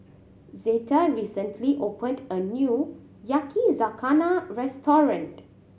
Zeta recently opened a new Yakizakana Restaurant